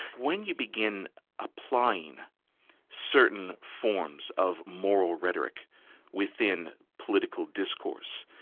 when you begin applying certain forms of moral rhetoric within political discourse,